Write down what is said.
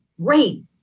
great